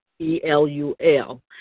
E-L-U-L